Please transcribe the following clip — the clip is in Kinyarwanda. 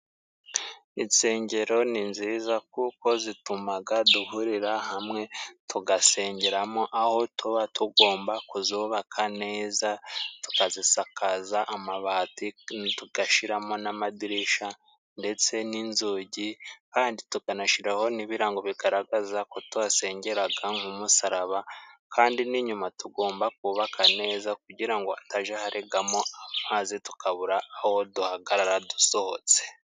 Insengero ni nziza kuko zitumaga duhurira hamwe tugasengeramo，aho tuba tugomba kuzubaka neza， tukazisakaza amabati，tugashiramo n'amadirisha ndetse n'inzugi kandi tukanashiraho n'ibirango bigaragaza ko tuhasengeraga， nk ’umusaraba kandi n'inyuma tugomba kubaka neza kugira ngo hataja haregamo amazi， tukabura aho duhagarara dusohotse.